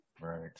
right